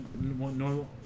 normal